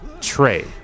Trey